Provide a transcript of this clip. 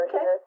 Okay